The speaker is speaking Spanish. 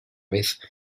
vez